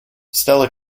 stella